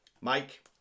Mike